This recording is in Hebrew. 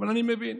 אבל אני מבין,